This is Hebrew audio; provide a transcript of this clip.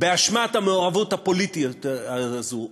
באשמת המעורבות הפוליטית הזאת,